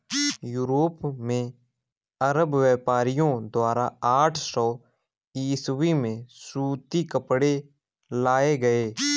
Europe में अरब व्यापारियों द्वारा आठ सौ ईसवी में सूती कपड़े लाए गए